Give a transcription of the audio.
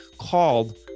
called